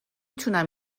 تونم